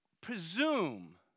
presume